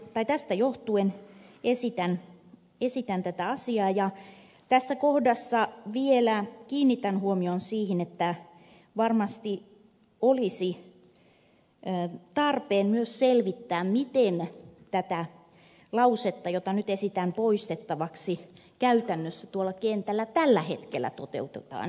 tästä johtuen esitän tätä asiaa ja tässä kohdassa vielä kiinnitän huomion siihen että varmasti olisi tarpeen myös selvittää miten tätä lausetta jota nyt esitän poistettavaksi käytännössä tuolla kentällä tällä hetkellä toteutetaan